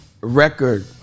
Record